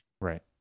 right